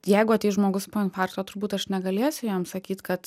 jeigu ateis žmogus po infarkto turbūt aš negalėsiu jam sakyt kad